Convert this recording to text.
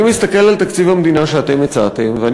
אני מסתכל על תקציב המדינה שאתם הצעתם ואני